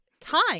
time